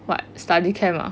what study camp ah